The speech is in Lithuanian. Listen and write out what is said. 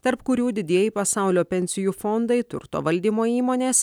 tarp kurių didieji pasaulio pensijų fondai turto valdymo įmonės